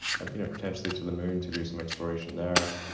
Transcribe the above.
you know potentially to the moon to do some exploration there,